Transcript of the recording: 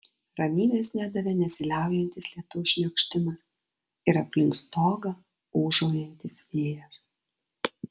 ramybės nedavė nesiliaujantis lietaus šniokštimas ir aplink stogą ūžaujantis vėjas